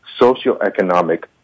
socioeconomic